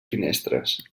finestres